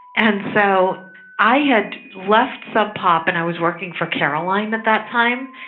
and so i had left sub pop and i was working for caroline at that time,